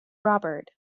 robert